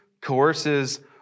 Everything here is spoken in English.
coerces